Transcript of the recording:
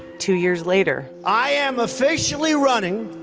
two years later i am officially running